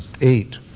Eight